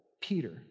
Peter